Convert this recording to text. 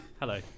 Hello